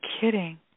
kidding